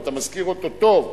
ואתה משכיר אותו טוב,